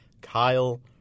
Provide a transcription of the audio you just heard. Kyle